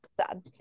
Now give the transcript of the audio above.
sad